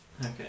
Okay